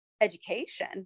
education